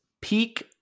peak